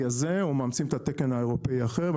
הזה או מאמצים את התקן האירופאי האחר?